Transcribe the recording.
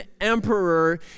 emperor